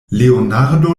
leonardo